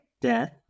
death